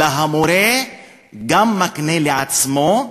אלא המורה גם מקנה לעצמו,